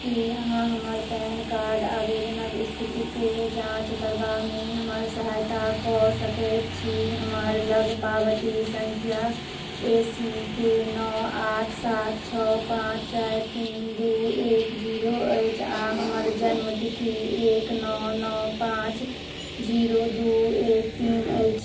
की अहाँ हमर PAN card आबेदनक स्थितिक जाँच करबामे हमर सहायता कऽ सकैत छी हमरा लग पावती संख्या ए सी के नओ आठ सात छओ पाँच चारि तीन दू एक जीरो अछि आ हमर जन्म तिथि एक नओ नओ पाँच जीरो दू एक तीन अछि